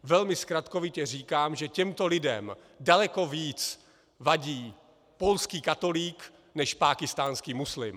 Velmi zkratkovitě říkám, že těmto lidem daleko více vadí polský katolík než pákistánský muslim.